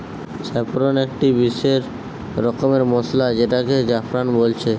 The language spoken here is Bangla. স্যাফরন একটি বিসেস রকমের মসলা যেটাকে জাফরান বলছে